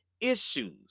issues